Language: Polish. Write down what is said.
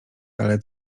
ale